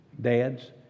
dads